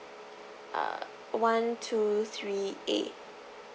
err one two three A